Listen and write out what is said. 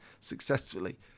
successfully